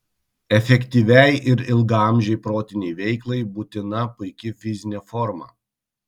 efektyviai ir ilgaamžei protinei veiklai būtina puiki fizinė forma